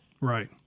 Right